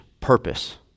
purpose